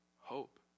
hope